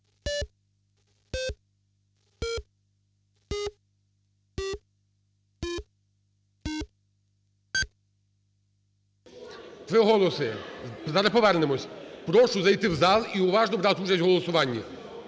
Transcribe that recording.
Три голоси. Зараз повернемося. Прошу зайти в зал і уважно брати участь в голосуванні.